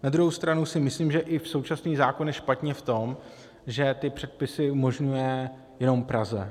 Na druhou stranu si myslím, že i současný zákon je špatně v tom, že ty předpisy umožňuje jenom Praze.